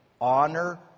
Honor